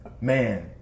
Man